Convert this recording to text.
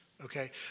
okay